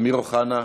אמיר אוחנה,